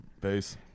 base